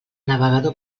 navegador